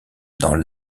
dans